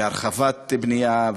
והרחבת בנייה,